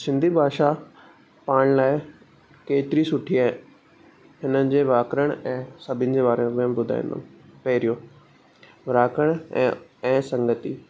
सिंधी भाषा पाण लाइ केतिरी सुठी आहे हिननि जे व्याकरण ऐं सभिनि जे बारे में ॿुधाईंदमि पहिरियों व्याकरण ऐं ऐं संगती